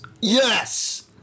yes